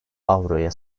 avroya